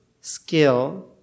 skill